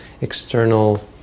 external